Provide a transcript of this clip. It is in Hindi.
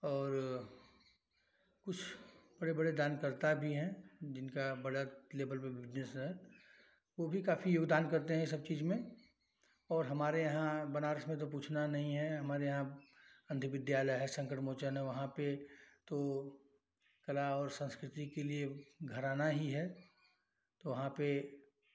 और कुछ बड़े बड़े दानकर्ता भी हैं जिनका बड़ा लेवल पर बिज़नेस है वह भी काफ़ी योगदान करते हैं यह सब चीज़ में और हमारे यहाँ बनारस में तो पूछना नहीं है हमारे यहाँ मध्य विद्यालय है संकट मोचन है वहाँ पर तो कला और सँस्कृति के लिए घराना ही है तो वहाँ पेर